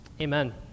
Amen